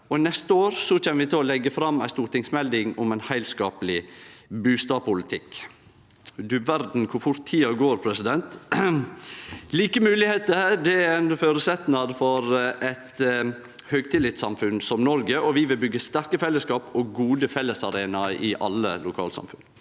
Neste år kjem vi til å leggje fram ei stortingsmelding om ein heilskapleg bustadpolitikk. Du verda kor fort tida går, president! Like moglegheiter er ein føresetnad for eit høgtillitssamfunn for Noreg, og vi vil byggje sterke fellesskap og gode fellesarenaer i alle lokalsamfunn.